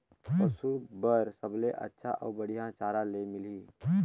पशु बार सबले अच्छा अउ बढ़िया चारा ले मिलही?